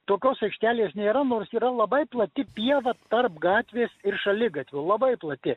tokios aikštelės nėra nors yra labai plati pieva tarp gatvės ir šaligatvio labai plati